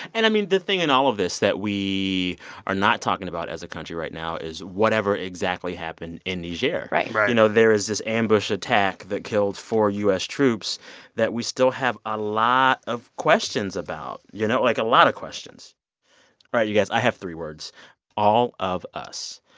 and, i mean, the thing in all of this that we are not talking about as a country right now is whatever exactly happened in niger right right you know, there is this ambush attack that killed four u s. troops that we still have a lot of questions about, you know, like a lot of questions all right, you guys, i have three words all of us.